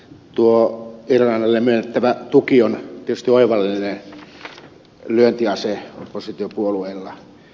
tuo irlannille myönnettävä tuki on tietysti oivallinen lyöntiase oppositiopuolueilla